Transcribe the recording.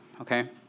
Okay